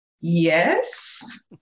yes